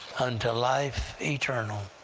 unto life eternal.